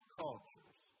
cultures